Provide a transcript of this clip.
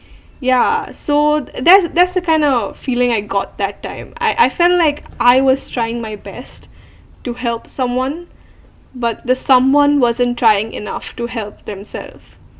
ya so that's that's the kind of feeling I got that time I I felt like I was trying my best to help someone but the someone wasn't trying enough to help themselves